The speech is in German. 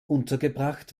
untergebracht